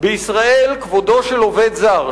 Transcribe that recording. "בישראל כבודו של עובד זר,